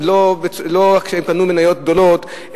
לא שהם קנו מניות גדולות,